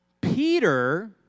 Peter